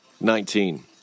Nineteen